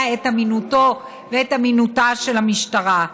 את אמינותו ואת אמינותה של המשטרה,